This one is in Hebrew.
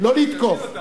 מה בדיוק עשתה קדימה?